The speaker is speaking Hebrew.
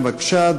בבקשה,